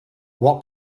what